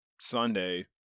Sunday